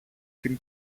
την